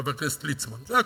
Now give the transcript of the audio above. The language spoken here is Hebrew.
חבר הכנסת ליצמן, זה הכול.